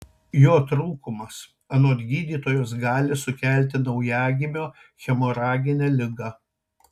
jo trūkumas anot gydytojos gali sukelti naujagimio hemoraginę ligą